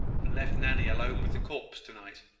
and left nanny alone with the corpse to-night.